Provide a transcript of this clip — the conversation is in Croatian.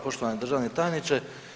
Poštovani državni tajniče.